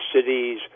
cities